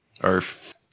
earth